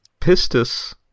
Pistis